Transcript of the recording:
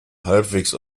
halbwegs